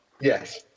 Yes